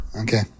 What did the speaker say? Okay